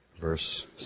verse